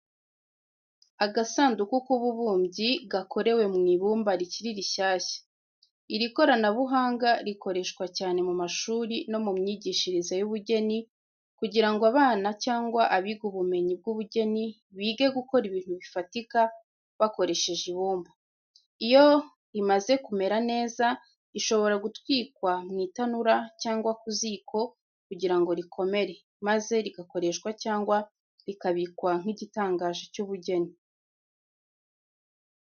Agasanduku k’ububumbyi, gakorewe mu ibumba rikiri rishyashya. Iri koranabuhanga rikoreshwa cyane mu mashuri no mu myigishirize y’ubugeni kugira ngo abana cyangwa abiga ubumenyi bw’ubugeni bige gukora ibintu bifatika bakoresheje ibumba. Iyo bimaze kumira neza, rishobora gutwikwa mu itanura, cyangwa ku ziko kugira ngo rikomere, maze rigakoreshwa cyangwa rikabikwa nk’igitangaje cy’ubugeni.